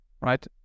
right